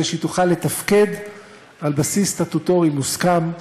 שהיא תוכל לתפקד על בסיס סטטוטורי מוסכם,